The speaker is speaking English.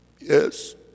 Yes